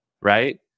Right